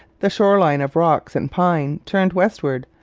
the shore line of rocks and pine turned westward.